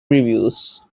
reviews